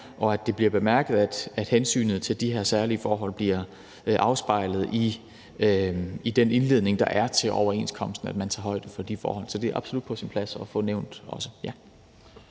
og at det bliver bemærket, at hensynet til de her særlige forhold bliver afspejlet i den indledning, der er til overenskomsten, og at man tager højde for de forhold. Så det er absolut på sin plads også at få nævnt.